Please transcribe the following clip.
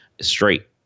straight